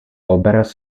obraz